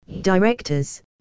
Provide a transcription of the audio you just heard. directors